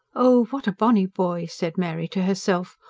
oh, what a bonny boy! said mary to herself.